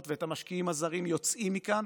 ואת המשקיעים הזרים יוצאים מכאן